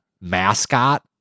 mascot